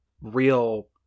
real